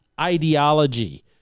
ideology